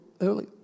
early